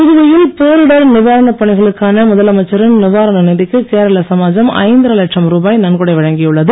புதுவையில் பேரிடர் நிவாரணப் பணிகளுக்கான முதலமைச்சரின் நிவாரண நிதிக்கு கேரள சமாஜம் ஐந்தரை லட்சம் ருபாய் நன்கொடை வழங்கியுள்ளது